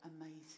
amazing